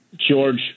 George